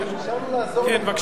לא,